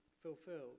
fulfilled